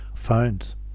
phones